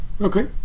Okay